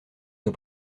nos